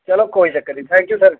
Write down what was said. चलो कोई चक्कर निं थैंक यू सर